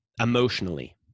emotionally